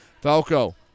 Falco